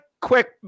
quick